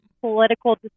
political